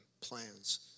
plans